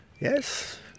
Yes